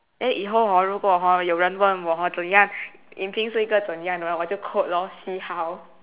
then 以后 hor 如果：ru guo hor 有人问我：you ren wen wo hor 怎么样 yin ping 是一个怎样的人我就 lor see how